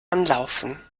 anlaufen